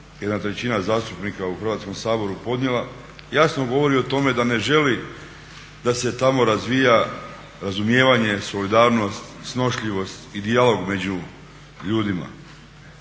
jedna trećina zastupnika u Hrvatskom saboru podnijela jasno govori o tome da ne želi da se tamo razvija razumijevanja, solidarnost, snošljivost i dijalog među ljudima.